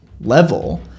level